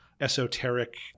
esoteric